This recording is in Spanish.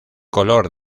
color